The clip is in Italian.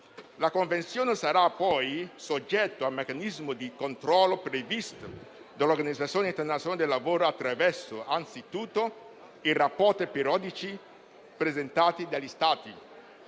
La Convenzione sarà poi soggetta al meccanismo di controllo previsto dall'Organizzazione internazionale del lavoro, anzitutto attraverso i rapporti periodici presentati dagli Stati.